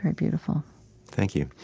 beautiful thank you.